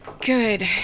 good